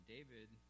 David